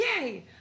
yay